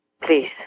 Please